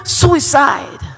suicide